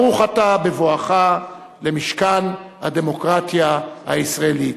ברוך אתה בבואך למשכן הדמוקרטיה הישראלית.